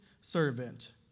servant